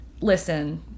listen